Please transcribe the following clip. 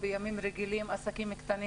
אין ספק שבימים רגילים עסקים קטנים